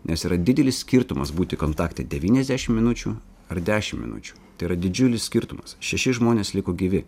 nes yra didelis skirtumas būti kontakte devyniasdešim minučių ar dešimt minučių tai yra didžiulis skirtumas šeši žmonės liko gyvi